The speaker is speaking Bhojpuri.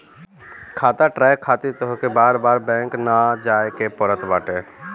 खाता ट्रैक खातिर तोहके बार बार बैंक ना जाए के पड़त बाटे